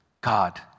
God